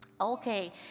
Okay